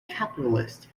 capitalist